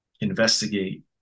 investigate